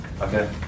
Okay